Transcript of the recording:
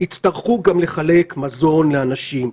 יצטרכו גם לחלק מזון לאנשים,